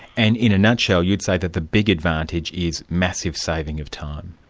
and in a nutshell you'd say that the big advantage is massive saving of time.